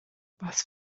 was